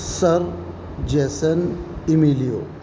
sir jason emilio